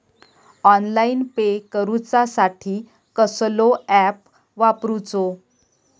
Online pay करूचा साठी कसलो ऍप वापरूचो?